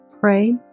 pray